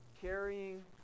carrying